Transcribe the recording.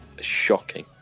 shocking